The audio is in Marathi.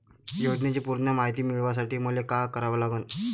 योजनेची पूर्ण मायती मिळवासाठी मले का करावं लागन?